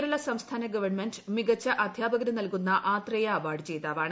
കേരള സംസ്ഥാന ഗവൺമെന്റ് മികച്ച അധ്യാപകനു നൽകുന്ന ആത്രേയ അവാർഡ് ജേതാവാണ്